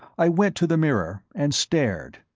i went to the mirror, and stared,